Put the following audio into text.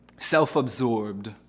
self-absorbed